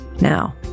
Now